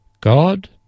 God